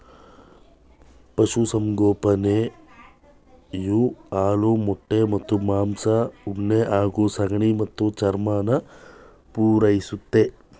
ಪಶುಸಂಗೋಪನೆಯು ಹಾಲು ಮೊಟ್ಟೆ ಮತ್ತು ಮಾಂಸ ಉಣ್ಣೆ ಹಾಗೂ ಸಗಣಿ ಮತ್ತು ಚರ್ಮನ ಪೂರೈಸುತ್ತೆ